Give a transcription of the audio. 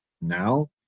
now –